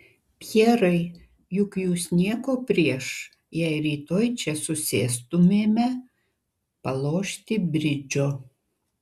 pjerai juk jūs nieko prieš jei rytoj čia susėstumėme palošti bridžo